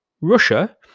Russia